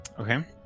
Okay